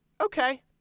okay